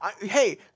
hey